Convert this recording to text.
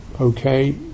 okay